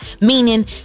Meaning